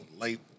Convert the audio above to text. Late